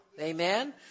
Amen